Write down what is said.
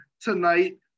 tonight